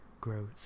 growth